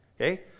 Okay